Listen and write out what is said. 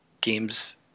games